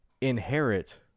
inherit